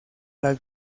las